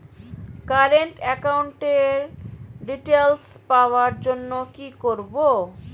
Current একাউন্টের details পাওয়ার জন্য কি করব?